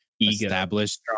Established